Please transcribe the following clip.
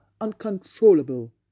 uncontrollable